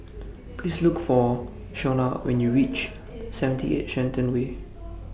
Please Look For Shonna when YOU REACH seventy eight Shenton Way